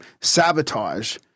sabotage